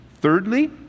Thirdly